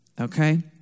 okay